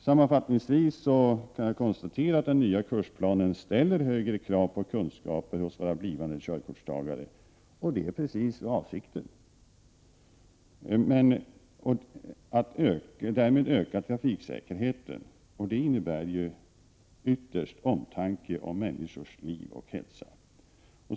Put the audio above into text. Sammanfattningsvis kan jag konstatera att den nya kursplanen ställer högre krav på kunskaper hos våra blivande körkortstagare. Precis detta är avsikten, och därmed ökar trafiksäkerheten. Det innebär ju ytterst omtanke om människors liv och hälsa.